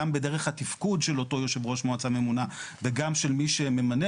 גם בדרך התפקוד של אותו יושב ראש מועצה ממונה וגם של מי שממנה